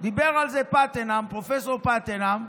דיבר על זה פרופ' פטנאם.